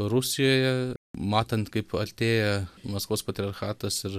rusijoje matant kaip artėja maskvos patriarchatas ir